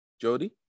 Jody